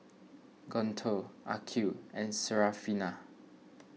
Guntur Aqil and Syarafina